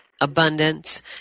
abundance